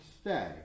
stay